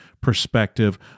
perspective